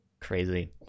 Crazy